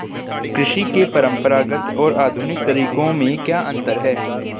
कृषि के परंपरागत और आधुनिक तरीकों में क्या अंतर है?